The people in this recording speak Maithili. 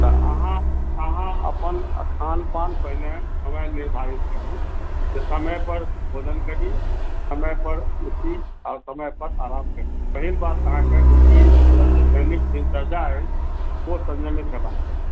अहाँ अपन खान पान पहिने समय निर्धारित करी जे समय पर भोजन करी समय पर उठी आ समय पर आराम करी एहि बात अहाँके जे कि दैनिक दिनचर्या अछि ओ संयमित करबाक चाही